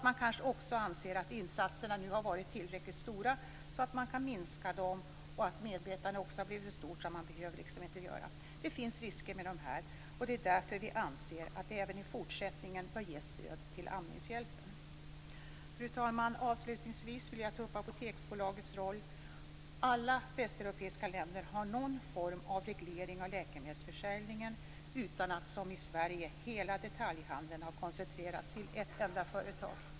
Man kanske anser att insatserna nu har varit så stora att man kan minska dem, och att medvetandet har blivit så stort att man inte behöver göra mer. Det finns risker med detta. Det är därför vi anser att det även i fortsättningen bör ges stöd till Fru talman! Avslutningsvis vill jag ta upp Apoteksbolagets roll. Alla västeuropeiska länder har någon form av reglering av läkemedelsförsäljningen utan att, som i Sverige, hela detaljhandeln har koncentrerats till ett enda företag.